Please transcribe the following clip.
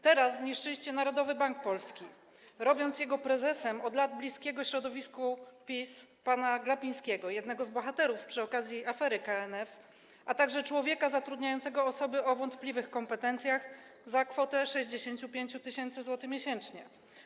Teraz zniszczyliście Narodowy Bank Polski, robiąc jego prezesem od lat bliskiego środowisku PiS pana Glapińskiego, jednego z bohaterów przy okazji afery KNF, a także człowieka zatrudniającego osoby o wątpliwych kompetencjach za kwotę 65 tys. zł miesięcznie.